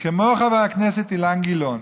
כמו חבר הכנסת אילן גילאון,